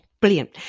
brilliant